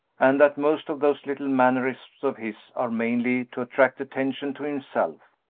and that most of those little mannerisms of his are mainly to attract attention to himself.